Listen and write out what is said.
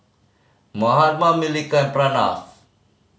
Mahatma Milkha and Pranav